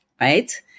right